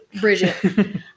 Bridget